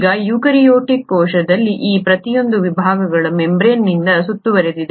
ಈಗ ಯುಕಾರ್ಯೋಟಿಕ್ ಕೋಶದಲ್ಲಿನ ಈ ಪ್ರತಿಯೊಂದು ವಿಭಾಗಗಳು ಮೆಂಬರೇನ್ನಿಂದ ಸುತ್ತುವರಿದಿದೆ